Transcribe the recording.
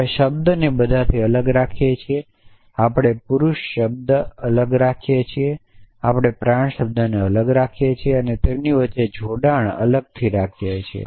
આપણે શબ્દને બધાથી અલગ રાખીએ છીએ આપણે પુરુષો શબ્દ અલગ રાખીએ છીએ આપણે પ્રાણ શબ્દને અલગ રાખીએ છીએ અને તેમની વચ્ચેનો જોડાણ અલગથી રાખીએ છીએ